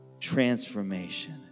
Transformation